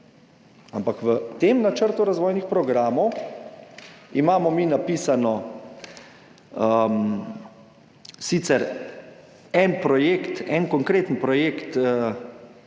Ampak v tem načrtu razvojnih programov imamo mi napisan sicer en projekt,